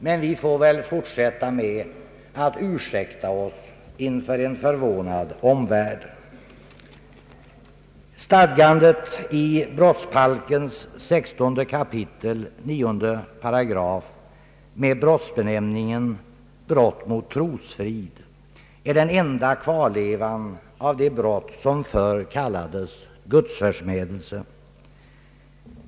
Men vi får väl fortsätta med att ursäkta oss inför en förvånad omvärld. Stadgandet i brottsbalkens 16 kap. 9 § med brottsbenämningen brott mot trosfrid är den enda kvarlevan av det brott som förr kallades gudsförsmädelse.